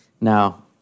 Now